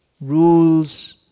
rules